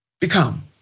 become